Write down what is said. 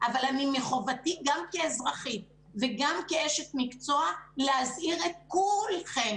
אבל מחובתי גם כאזרחית וגם כאשת מקצוע להזהיר את כולכם